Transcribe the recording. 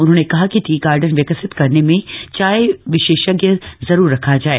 उन्होंने कहा कि टी गार्डन विकसित करने में चाय विशेषज्ञ जरूर रखा जाए